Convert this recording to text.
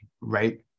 right